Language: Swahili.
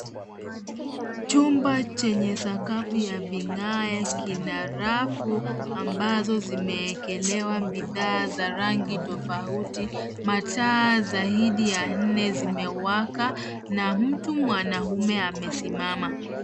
Chumba chenye sakafu ya vigae kina rafu ambazo zimeekelewa bidhaa za rangi tofauti. Mataa zaidi ya nne zimewaka na mtu mwanaume amesimama.